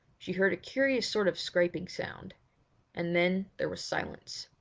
she heard a curious sort of scraping sound and then there was silence.